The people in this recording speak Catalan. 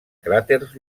cràters